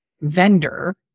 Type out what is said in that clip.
vendor